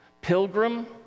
pilgrim